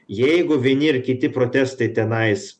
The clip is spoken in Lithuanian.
jeigu vieni ir kiti protestai tenais